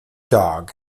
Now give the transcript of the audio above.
dog